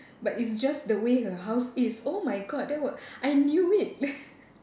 but it's just the way her house is oh my god that was I knew it